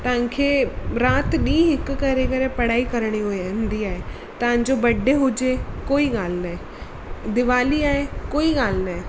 तव्हांखे राति ॾींहुं हिक करे करे पढ़ाई करिणी हुइ हूंदी आहे तव्हांजो बडे हुजे कोई ॻाल्हि न आहे दीवाली आहे कोई ॻाल्हि न आहे